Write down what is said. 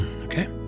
Okay